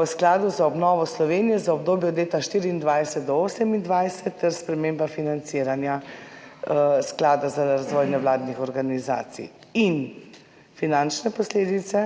v skladu za obnovo Slovenije za obdobje od leta 2024 do 2028 ter sprememba financiranja Sklada za razvoj nevladnih organizacij in finančne posledice,